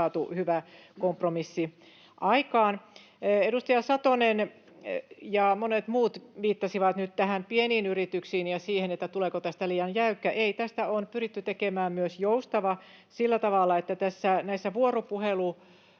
hyvä kompromissi aikaan. Edustaja Satonen ja monet muut viittasivat nyt pieniin yrityksiin ja siihen, tuleeko tästä liian jäykkä. Ei, tästä on pyritty tekemään myös joustava sillä tavalla, että näitten vuoropuhelukertojen